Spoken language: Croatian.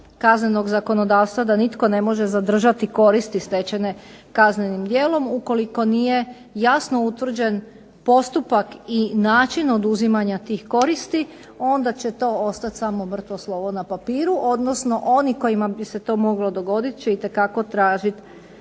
kaznenog zakonodavstva da nitko ne može zadržati koristi stečene kaznenim djelom, ukoliko nije jasno utvrđen postupak i način oduzimanja tih koristi, onda će to ostati samo mrtvo slovo na papiru, odnosno oni kojima bi se to moglo dogoditi će itekako tražiti